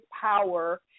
power